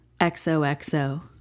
XOXO